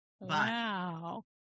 Wow